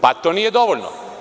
Pa, to nije dovoljno.